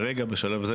בשלב הזה,